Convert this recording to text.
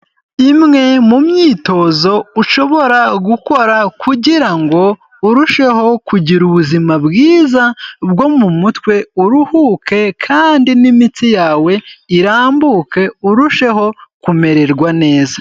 Imwe mu myitozo ushobora gukora kugira ngo urusheho kugira ubuzima bwiza bwo mu mutwe, uruhuke kandi n'imitsi yawe irambuke, urusheho kumererwa neza.